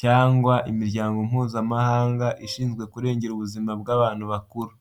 cyangwa imiryango Mpuzamahanga ishinzwe kurengera ubuzima bw'abantu bakuru.